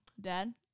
Dad